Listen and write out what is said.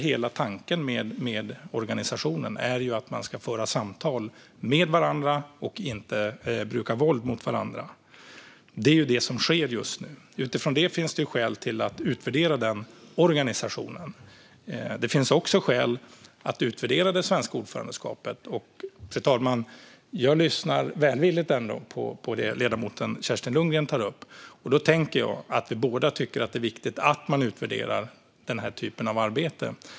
Hela tanken med organisationen är att man ska föra samtal med varandra och inte bruka våld mot varandra. Det är det som sker just nu, och utifrån detta finns det skäl att utvärdera organisationen. Det finns också skäl att utvärdera det svenska ordförandeskapet. Jag lyssnar ändå välvilligt på det ledamoten Kerstin Lundgren tar upp, fru talman, och jag tänker att vi båda tycker att det är viktigt att man utvärderar den här typen av arbete.